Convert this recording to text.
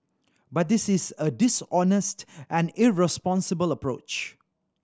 but this is a dishonest and irresponsible approach